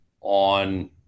on